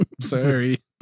Sorry